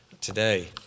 today